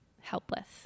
helpless